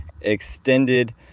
extended